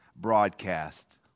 broadcast